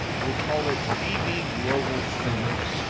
we'll call it dbglobal singles.